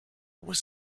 was